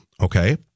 Okay